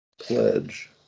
Pledge